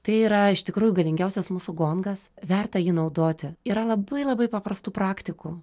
tai yra iš tikrųjų galingiausias mūsų gongas verta jį naudoti yra labai labai paprastų praktikų